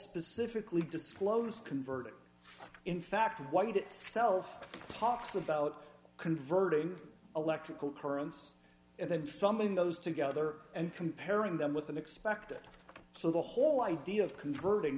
specifically disclosed convert in fact white itself talks about converting electrical currents and then something those together and comparing them with an expected so the whole idea of converting